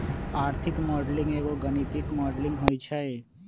आर्थिक मॉडलिंग एगो गणितीक मॉडलिंग होइ छइ